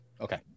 Okay